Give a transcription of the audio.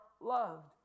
loved